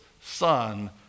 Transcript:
son